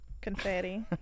confetti